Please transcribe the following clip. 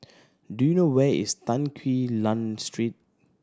do you know where is Tan Quee Lan Street